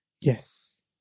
Yes